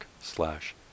slash